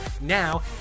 Now